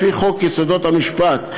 לפי חוק יסודות המשפט,